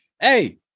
hey